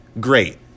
great